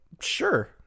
Sure